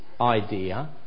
idea